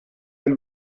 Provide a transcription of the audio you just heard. del